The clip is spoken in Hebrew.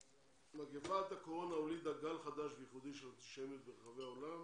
מגיפת הקורונה הולידה גל חדש וייחודי של אנטישמיות ברחבי העולם,